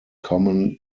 common